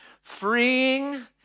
freeing